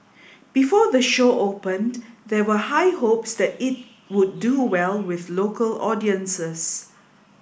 before the show opened there were high hopes that it would do well with local audiences